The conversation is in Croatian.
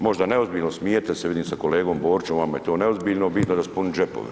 Možda je neozbiljno, smijete se vidim sa kolegom Borićem vama je to neozbiljno, bitno je da su puni džepovi.